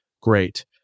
Great